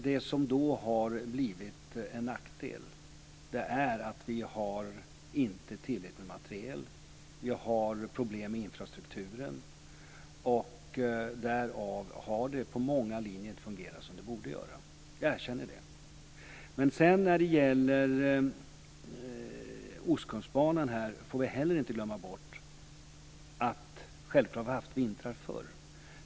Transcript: Det som har blivit en nackdel är att det inte finns tillräckligt med materiel, att det är problem med infrastrukturen, och därav har det på många linjer inte fungerat som det borde göra. Jag erkänner det. När det gäller Ostkustbanan får vi inte glömma bort att det självklart har varit vintrar förr.